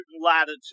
latitude